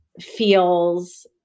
feels